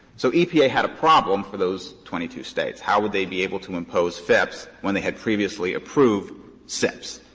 so epa had a problem for those twenty two states how would they be able to impose fips when they had previously approved sips.